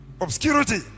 Obscurity